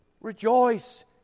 rejoice